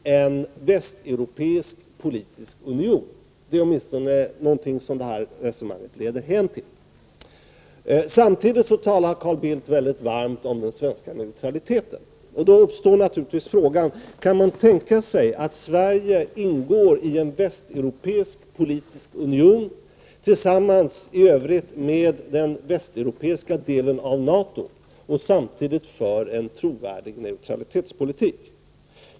1988/89:129 västeuropeisk politisk union — det är åtminstone vad det här resonemanget 6 juni 1989 leder fram till. Samtidigt talade Carl Bildt mycket varmt om den svenska neutraliteten. Då uppstår naturligtvis frågan: Kan man tänka sig att Sverige ingår i en västeuropeisk politisk union, i övrigt tillsammans” med den västeuropeiska delen av NATO, och samtidigt för en trovärdig neutralitetspolitik?